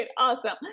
Awesome